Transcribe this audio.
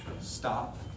Stop